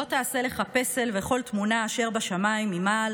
לא תעשה לך פסל וכל תמונה אשר בשמים ממעל